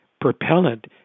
propellant